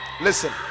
listen